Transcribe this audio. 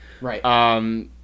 Right